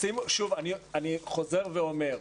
אני חוזר ואומר,